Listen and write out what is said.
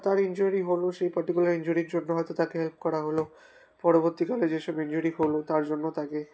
তার ইনজুরি হলো সেই পার্টিকুলার ইনজুরির জন্য হয়তো তাকে হেল্প করা হলো পরবর্তীকালে যেসব ইনজুরি হলো তার জন্য তাকে